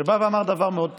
שבא ואמר דבר מאוד פשוט: